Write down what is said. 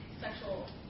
sexual